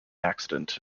accident